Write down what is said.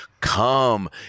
Come